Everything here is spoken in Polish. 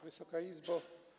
Wysoka Izbo!